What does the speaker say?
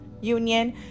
union